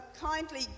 kindly